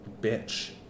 bitch